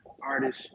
artist